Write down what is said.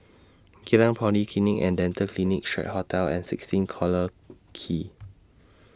Geylang Polyclinic and Dental Clinic Strand Hotel and sixteen Collyer Quay